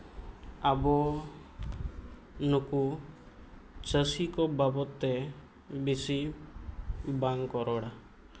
ᱟᱵᱚ ᱱᱩᱠᱩ ᱪᱟᱹᱥᱤ ᱠᱚ ᱵᱟᱵᱚᱫᱽ ᱛᱮ ᱵᱮᱹᱥᱤ ᱵᱟᱝᱠᱚ ᱨᱚᱲᱟ